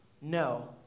No